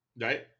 right